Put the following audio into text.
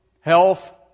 health